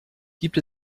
gibt